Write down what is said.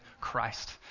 Christ